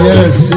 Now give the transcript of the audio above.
Yes